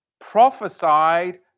prophesied